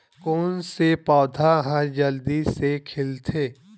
कोन से पौधा ह जल्दी से खिलथे?